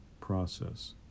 process